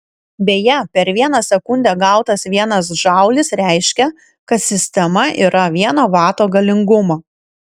beje per vieną sekundę gautas vienas džaulis reiškia kad sistema yra vieno vato galingumo